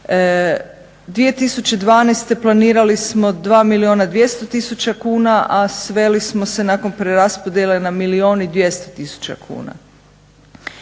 2012. planirali smo 2 milijuna 200000 kuna, a sveli smo se nakon preraspodjele na milijun i 200000 kuna.